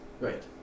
Right